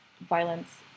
violence